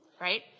right